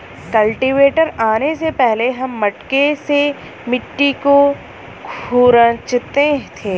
cultivator आने से पहले हम मटके से मिट्टी को खुरंचते थे